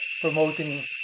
promoting